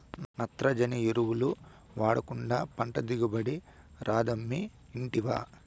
నత్రజని ఎరువులు వాడకుండా పంట దిగుబడి రాదమ్మీ ఇంటివా